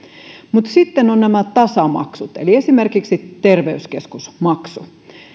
mutta sitten ovat nämä tasamaksut eli esimerkiksi terveyskeskusmaksu